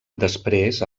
després